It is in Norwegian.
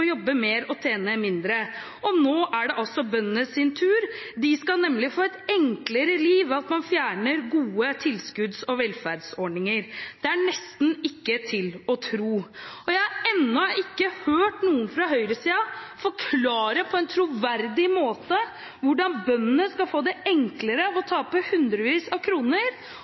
tjene mindre. Og nå er det altså bøndenes tur. De skal nemlig få et enklere liv ved at man fjerner gode tilskudds- og velferdsordninger. Det er nesten ikke til å tro. Jeg har ennå ikke hørt noen fra høyresiden forklare på en troverdig måte hvordan bøndene skal få det enklere ved å tape hundrevis av kroner,